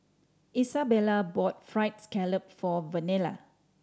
Isabela bought Fried Scallop for Vernelle